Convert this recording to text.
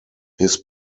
his